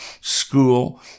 school